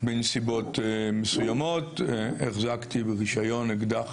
בנסיבות מסוימות החזקתי ברישיון אקדח